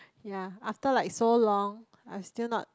yea after like so long I've still not